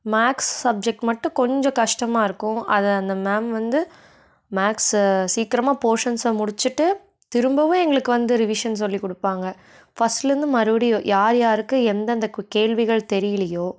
maths subject மட்டும் கொஞ்சம் கஷ்டமாக இருக்கும் அதை அந்த மேம் வந்து மேக்ஸை சீக்கிரமாக போர்ஷன்ஸை முடிச்சுட்டு திரும்பவும் எங்களுக்கு வந்து ரிவிஷன் சொல்லி கொடுப்பாங்க ஃபர்ஸ்ட்டில் இருந்து மறுபடியும் யார் யாருக்கு எந்தெந்த கேள்விகள் தெரியலையோ